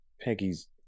Peggy's